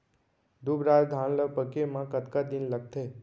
दुबराज धान ला पके मा कतका दिन लगथे?